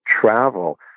travel